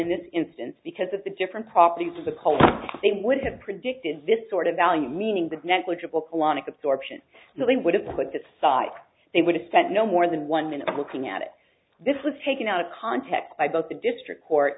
in this instance because of the different properties of the color they would have predicted this sort of value meaning the negligible colonic absorption that they would have put this aside they would have spent no more than one minute of looking at it this was taken out of context by both the district court